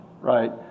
right